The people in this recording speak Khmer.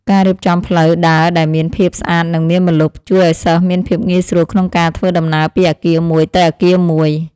ការរៀបចំផ្លូវដើរដែលមានភាពស្អាតនិងមានម្លប់ ជួយឱ្យសិស្សមានភាពងាយស្រួលក្នុងធ្វើដំណើរពីអគារមួយទៅអគារមួយ។